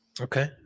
Okay